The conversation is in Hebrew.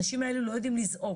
האנשים האלה לא יודעים לזעוק.